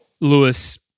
Lewis